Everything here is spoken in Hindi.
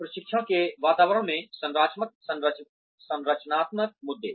प्रशिक्षण के वितरण में संरचनात्मक मुद्दे